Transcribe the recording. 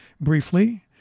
briefly